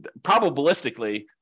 probabilistically